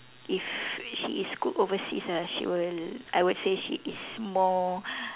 if she is good overseas ah she will I would say she is more